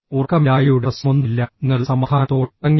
ഉറക്കമില്ലായ്മയുടെ പ്രശ്നമൊന്നുമില്ല നിങ്ങൾ സമാധാനത്തോടെ ഉറങ്ങി